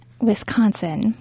Wisconsin